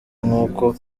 nk’uko